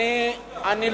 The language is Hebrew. אתה מדבר על רטוריקה?